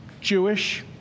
Jewish